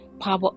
power